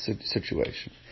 situation